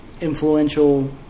influential